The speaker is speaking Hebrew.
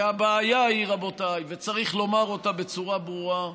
והבעיה היא, רבותיי, וצריך לומר אותה בצורה ברורה,